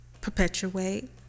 perpetuate